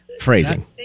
Phrasing